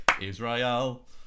Israel